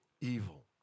evil